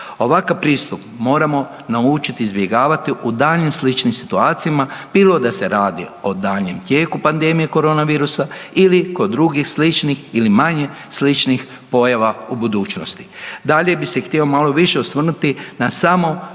Ovakav pristup moramo naučiti izbjegavati u daljnjim sličnim situacijama, bilo da se radi o daljnjem tijeku pandemije koronavirusa ili kod drugih, sličnih ili manje sličnih pojava u budućnosti. Dalje bi se htio malo više osvrnuti na samo